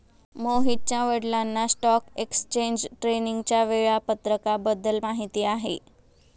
मोहितच्या वडिलांना stock exchange ट्रेडिंगच्या वेळापत्रकाबद्दल माहिती आहे